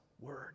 Word